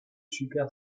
super